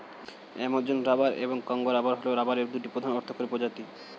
Amazon rubber এবং Congo rubber হল রাবারের দুটি প্রধান অর্থকরী প্রজাতি